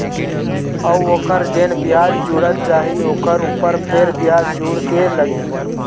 अऊ ओखर जेन बियाज जुड़त जाही ओखर ऊपर फेर बियाज जुड़ के लगही